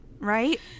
Right